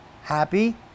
happy